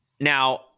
now